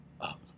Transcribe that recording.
up